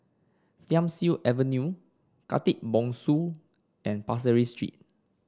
Thiam Siew Avenue Khatib Bongsu and Pasir Ris Street